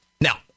Now